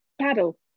paddle